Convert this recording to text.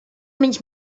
menys